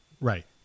Right